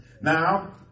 now